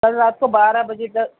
کل رات کو بارہ بجے تک